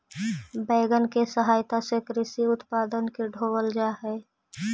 wagon के सहायता से कृषि उत्पादन के ढोवल जा हई